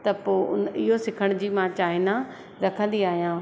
त पोइ उन इहो सिखण जी मां चाहींदा रखंदी आहियां